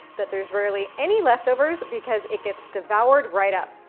that there's rarely any leftovers, because it gets devoured right up.